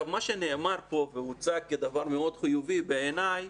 מה שנאמר פה והוצג כדבר מאוד חיובי בעיניי,